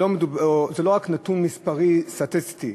שזה לא רק נתון מספרי סטטיסטי.